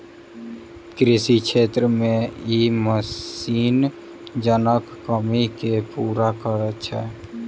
कृषि क्षेत्र मे ई मशीन जनक कमी के पूरा करैत छै